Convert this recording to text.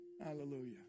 Hallelujah